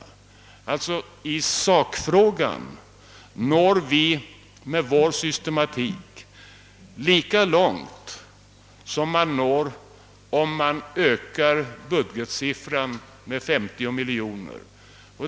I sakfrågan når vi med vår systematik lika långt som om vi ökade budgetsiffran med 50 miljoner kronor.